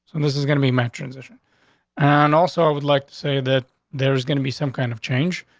and this is gonna be my transition on. and also, i would like to say that there is going to be some kind of change,